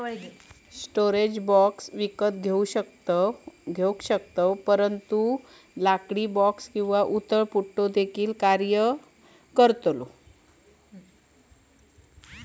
storage box विकत घेऊ शकतात परंतु लाकडी क्रेट किंवा उथळ पुठ्ठा देखील कार्य करेल